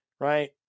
Right